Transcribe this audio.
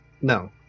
no